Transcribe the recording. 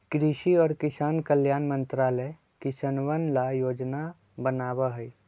कृषि और किसान कल्याण मंत्रालय किसनवन ला योजनाएं बनावा हई